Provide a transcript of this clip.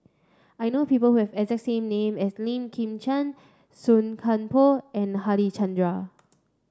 I know people who have exact name as Lim Chwee Chian Song Koon Poh and Harichandra